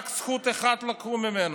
רק זכות אחת לקחו ממנו,